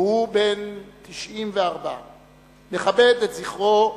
והוא בן 94. נכבד את זכרו בקימה.